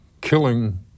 killing